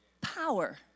power